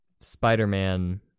Spider-Man